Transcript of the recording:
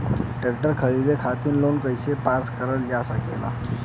Tractor खरीदे खातीर loan कइसे पास करल जा सकेला?